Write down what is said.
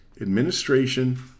administration